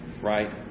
right